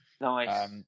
Nice